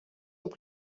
vous